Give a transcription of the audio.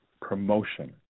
promotion